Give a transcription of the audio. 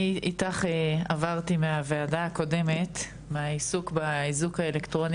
אני איתך עברתי מהוועדה הקודמת מהעיסוק באיזוק האלקטרוני